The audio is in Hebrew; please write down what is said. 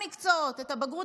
את הבגרות החיצונית,